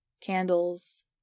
Candles